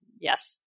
yes